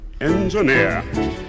engineer